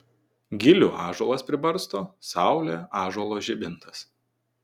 gilių ąžuolas pribarsto saulė ąžuolo žibintas